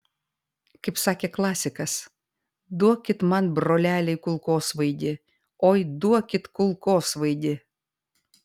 kaip sakė klasikas duokit man broleliai kulkosvaidį oi duokit kulkosvaidį